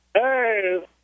Hey